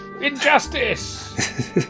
Injustice